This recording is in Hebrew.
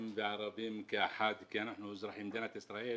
וערבים כאחד כי אנחנו אזרחי מדינת ישראל